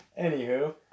Anywho